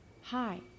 Hi